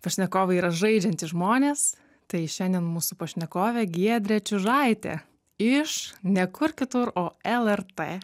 pašnekovai yra žaidžiantys žmonės tai šiandien mūsų pašnekovė giedrė čiužaitė iš ne kur kitur o lrt